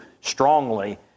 strongly